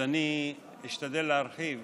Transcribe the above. אני אשתדל להרחיב